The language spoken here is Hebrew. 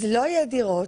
אז לא יהיה דירות.